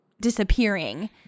disappearing